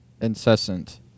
incessant